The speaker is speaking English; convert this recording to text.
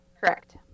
Correct